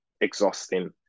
exhausting